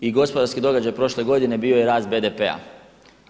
I gospodarski događaj prošle godine bio je rast BDP-a.